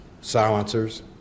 silencers